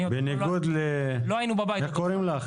בניגוד למירי.